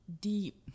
deep